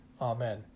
Amen